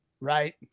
Right